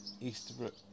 Easterbrook